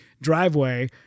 driveway